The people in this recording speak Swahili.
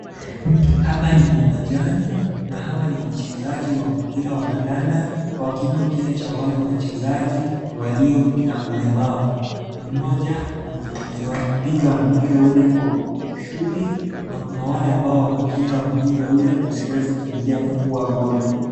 Hapa ni uwanjani na hawa ni wachezaji wa mpira wa kandanda wakiwa wale wachezaji walio na ulemavu mmoja anapiga mpira ule kwa kushuti na kuna wengine ambao wanakinga mpira ule ili isiweze kuingia na kwa goli.